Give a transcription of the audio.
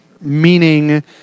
meaning